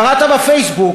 קראת בפייסבוק,